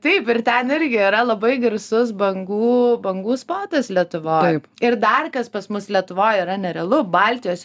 taip ir ten irgi yra labai garsus bangų bangų spotas lietuvoj ir dar kas pas mus lietuvoj yra nerealu baltijos